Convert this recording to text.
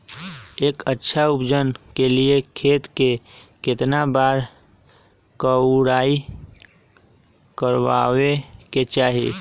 एक अच्छा उपज के लिए खेत के केतना बार कओराई करबआबे के चाहि?